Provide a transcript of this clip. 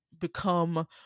become